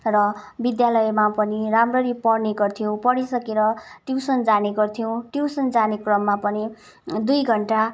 र विद्यालयमा पनि राम्ररी पढ्ने गर्थ्यौँ पढिसकेर ट्युसन जाने गर्थ्यौँ ट्युसन जाने क्रममा पनि दुई घन्टा